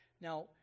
Now